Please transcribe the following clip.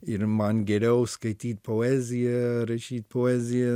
ir man geriau skaityt poeziją rašyt poeziją